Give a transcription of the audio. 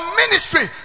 ministry